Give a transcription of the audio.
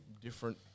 different